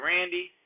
Randy